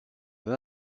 then